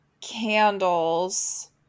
Candles